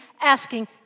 asking